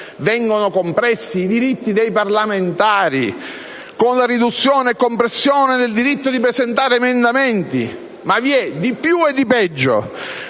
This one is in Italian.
Vengono compressi i diritti dei parlamentari, con la riduzione e la compressione del diritto di presentare emendamenti. Ma vi è di più e di peggio: